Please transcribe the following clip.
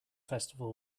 festival